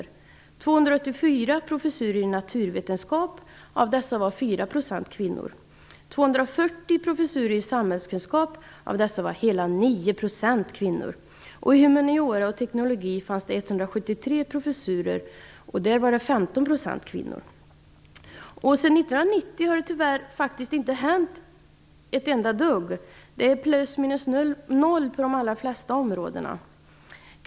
Det fanns 284 professorer i naturvetenskap, av dessa var 4 % kvinnor. Det var 240 professorer i samhällskunskap, av dessa var hela 9 % kvinnor. I humaniora och teknologi fanns det 173 professorer, där var det 15 % kvinnor. Sedan 1990 har det tyvärr inte hänt ett enda dugg. Det är plus minus noll på de allra flesta områdena.